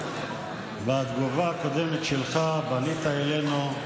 בתגובה הקודמת שלך פנית אלינו,